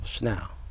now